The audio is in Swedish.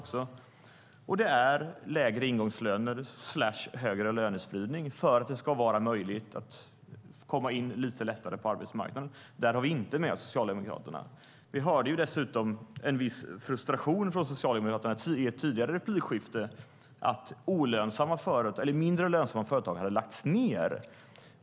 Det är också lägre ingångslöner och större lönespridning för att det ska vara möjligt att komma in lite lättare på arbetsmarknaden. Där har vi inte med oss Socialdemokraterna. Vi hörde dessutom en viss frustration från Socialdemokraterna i ett tidigare replikskifte över att mindre lönsamma företag hade lagts ned.